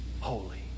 holy